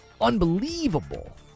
unbelievable